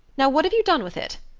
now, what have you done with it?